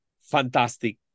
fantastic